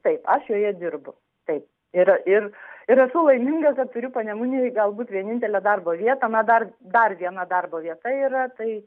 taip aš joje dirbu taip yra ir ir esu laiminga kad turiu panemunėje gal būt vienintelę darbo vietą na dar dar viena darbo vieta yra tai